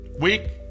week